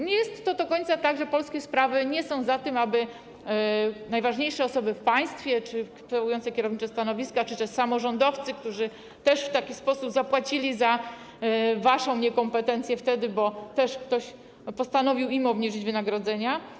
Nie jest do końca tak, że Polskie Sprawy nie są za tym, aby najważniejsze osoby w państwie czy zajmujące kierownicze stanowiska lub samorządowcy, którzy też w taki sposób zapłacili wtedy za waszą niekompetencję, bo ktoś postanowił im także obniżyć wynagrodzenia.